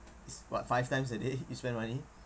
is what five times a day you spend money